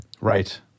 Right